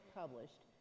published